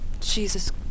Jesus